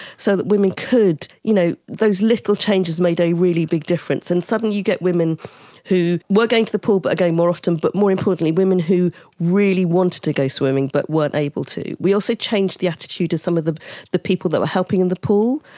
so that women could, you know, those little changes made a really big difference, and suddenly you get women who were going to the pool but are going more often but more importantly women who really wanted to go swimming but weren't able to. we also changed the attitude of some of the the people that were helping at and the pool.